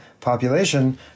population